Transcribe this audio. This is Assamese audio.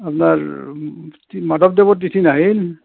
আপোনাৰ মাধৱদেৱৰ তিথি নাহিল